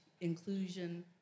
inclusion